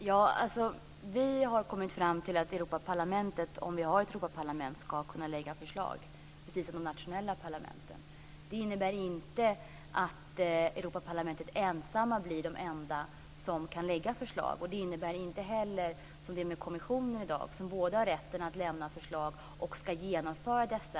Fru talman! Vi har kommit fram till att om vi har ett Europaparlament ska de kunna lägga fram förslag, precis som de nationella parlamenten. Det innebär inte att Europaparlamentet ensamt kan lägga fram förslag. I dag har kommissionen rätten att lämna förslag och ska samtidigt genomföra dessa.